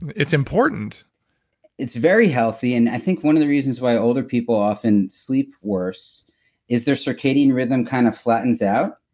it's important it's very healthy, and i think one of the reasons why older people often sleep work is their circadian rhythm kind of flattens out.